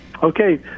Okay